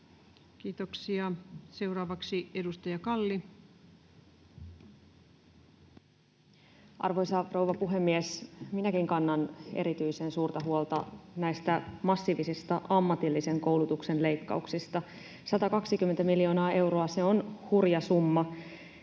Kiitoksia. — Seuraavaksi edustaja Kalli. Arvoisa rouva puhemies! Minäkin kannan erityisen suurta huolta näistä massiivisista ammatillisen koulutuksen leikkauksista. 120 miljoonaa euroa on hurja summa.